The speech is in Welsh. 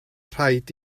rhaid